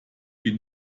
been